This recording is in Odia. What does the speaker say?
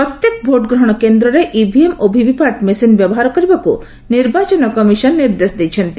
ପ୍ରତ୍ୟେକ ଭୋଟ୍ଗ୍ରହଣ କେନ୍ଦ୍ରରେ ଇଭିଏମ୍ ସହ ଭିଭିପାଟ୍ ମେସିନ୍ ବ୍ୟବହାର କରିବାକୁ ନିର୍ବାଚନ କମିସନ ନିର୍ଦ୍ଦେଶ ଦେଇଛନ୍ତି